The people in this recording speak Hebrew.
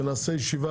ונעשה ישיבה